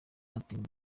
haterwa